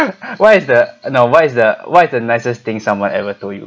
what is the no what is the what is the nicest thing someone ever told you